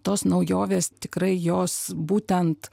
tos naujovės tikrai jos būtent